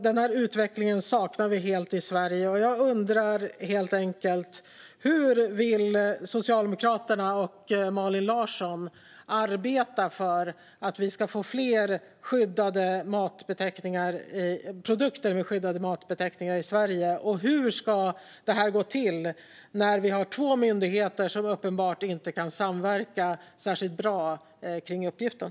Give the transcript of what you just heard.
Den utvecklingen saknar vi helt i Sverige, och jag undrar hur Socialdemokraterna och Malin Larsson vill arbeta för att vi ska få fler produkter med skyddad ursprungsbeteckning i Sverige. Och hur ska det gå till när vi har två myndigheter som uppenbarligen inte kan samverka särskilt bra kring uppgiften?